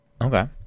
Okay